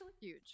huge